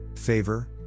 favor